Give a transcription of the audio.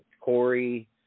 Corey